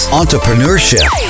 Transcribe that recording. entrepreneurship